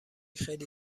خیلی